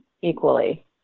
equally